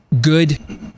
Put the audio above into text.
good